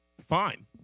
Fine